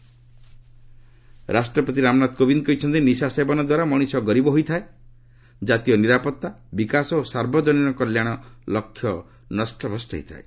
ପ୍ରେଜ୍ ଆୱାର୍ଡ ରାଷ୍ଟ୍ରପତି ରାମନାଥ କୋବିନ୍ଦ କହିଛନ୍ତି ନିଶା ସେବନ ଦ୍ୱାରା ମଣିଷ ଗରିବ ହୋଇଥାଏ କାତୀୟ ନିରାପତ୍ତା ବିକାଶ ଓ ସାର୍ବଜନୀନ କଲ୍ୟାଣ ଲକ୍ଷ୍ୟ ନଷ୍ଟଭ୍ରଷ୍ଟ ହୋଇଥାଏ